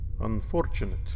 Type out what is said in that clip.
unfortunate